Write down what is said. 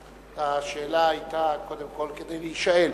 השאלה היתה קודם כול כדי שתישאל,